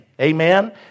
Amen